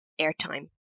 airtime